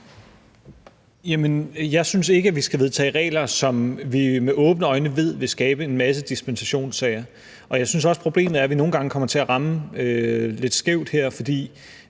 jeg synes ikke, at vi skal vedtage regler, som vi med åbne øjne ved vil skabe en masse dispensationssager. Og jeg synes også, problemet er, at vi nogle gange kommer til at ramme lidt skævt her, for